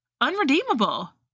Unredeemable